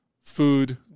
Food